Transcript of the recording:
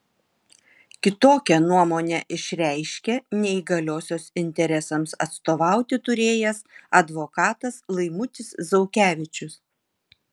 kitokią nuomonę išreiškė neįgaliosios interesams atstovauti turėjęs advokatas laimutis zaukevičius